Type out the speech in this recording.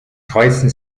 kreuzten